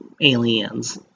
aliens